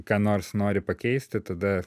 ką nors nori pakeisti tada